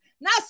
now